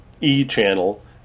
e-channel